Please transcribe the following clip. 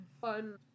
fun